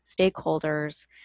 stakeholders